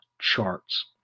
charts